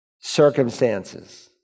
Circumstances